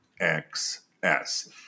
XS